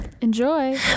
Enjoy